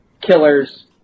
Killers